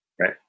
right